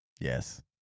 Yes